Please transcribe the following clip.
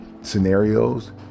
scenarios